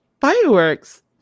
fireworks